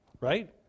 right